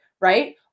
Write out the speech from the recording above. right